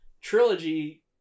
trilogy